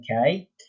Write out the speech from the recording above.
Okay